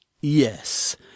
yes